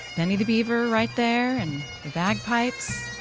benny the beaver right there and the bagpipes.